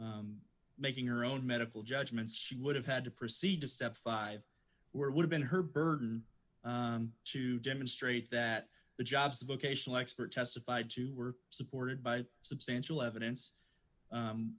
of making her own medical judgments she would have had to proceed to step five where would have been her burden to demonstrate that the jobs that locational expert testified to were supported by substantial evidence